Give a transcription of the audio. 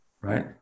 right